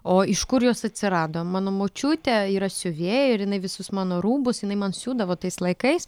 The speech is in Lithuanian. o iš kur jos atsirado mano močiutė yra siuvėja ir jinai visus mano rūbus jinai man siūdavo tais laikais